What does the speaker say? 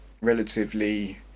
relatively